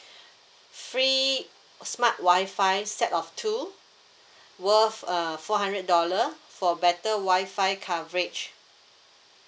free smart wi-fi set of two worth uh four hundred dollar for better wi-fi coverage